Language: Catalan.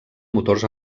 motors